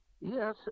Yes